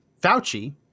Fauci